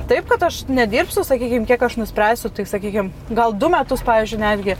taip kad aš nedirbsiu sakykim kiek aš nuspręsiu tai sakykim gal du metus pavyzdžiui netgi